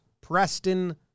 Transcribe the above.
Preston